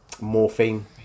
morphine